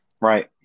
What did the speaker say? Right